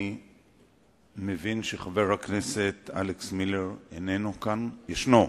חבר הכנסת אלכס מילר, בבקשה.